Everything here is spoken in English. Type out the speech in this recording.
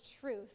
truth